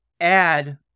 add